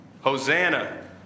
Hosanna